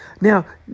Now